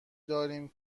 داریم